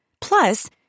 Plus